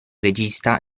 regista